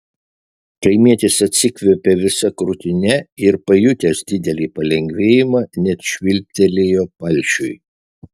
kaimietis atsikvėpė visa krūtine ir pajutęs didelį palengvėjimą net švilptelėjo palšiui